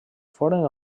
foren